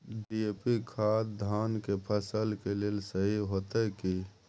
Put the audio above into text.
DAP खाद धान के फसल के लेल सही होतय की?